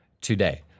today